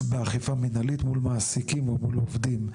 באכיפה מנהלית מול מעסקים ומול עובדים,